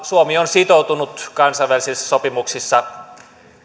suomi on sitoutunut kansainvälisissä sopimuksissa